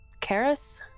Karis